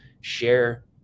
share